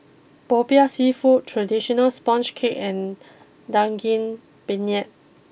Popiah Seafood traditional Sponge Cake and Daging Penyet